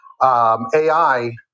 AI